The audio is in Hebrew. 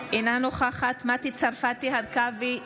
אינה נוכחת מטי צרפתי הרכבי,